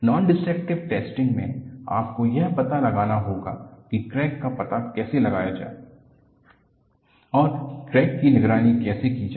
non-destructive testing में आपको यह पता लगाना होगा कि क्रैक का पता कैसे लगाया जाए और क्रैक की निगरानी कैसे की जाए